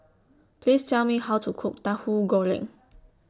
Please Tell Me How to Cook Tahu Goreng